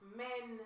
men